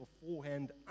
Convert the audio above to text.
beforehand